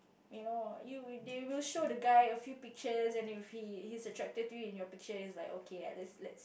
you know you they will show the guy a few pictures and if he he's attracted to you in your picture then he's like okay eh let's let's